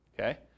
Okay